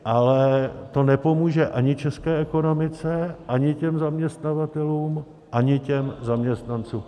Ale to nepomůže ani české ekonomice, ani zaměstnavatelům, ani zaměstnancům.